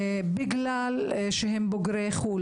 בגלל שהם בוגרי חו"ל.